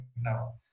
now